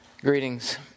Greetings